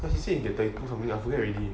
he say he get thirty two something I forget already